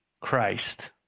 Christ